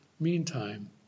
meantime